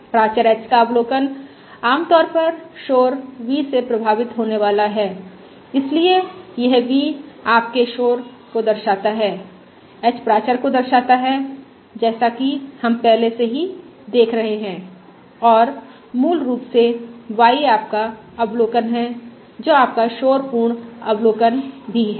प्राचर h का अवलोकन आमतौर पर शोर v से प्रभावित होने वाला है इसलिए यह v आपके शोर का दर्शाता है h प्राचर को दर्शाता है जैसा कि हम पहले से ही देख रहे हैं और मूल रूप से y आपका अवलोकन है जो आपका शोर पूर्ण अवलोकन भी है